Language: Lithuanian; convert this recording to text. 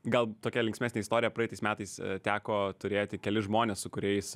gal tokia linksmesnė istorija praeitais metais teko turėti kelis žmones su kuriais